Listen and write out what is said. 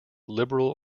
liberal